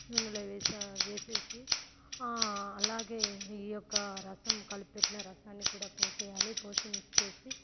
నూనెలో వేసి వేసి అలాగే ఈ యొక్క రసం కలిపి పెట్టి ఉన్న రసాన్ని కూడా పోసేయాలి పోసి మిక్స్ చేసి